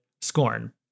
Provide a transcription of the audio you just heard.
scorn